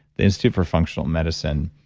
is too for functional medicine,